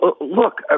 look